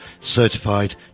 certified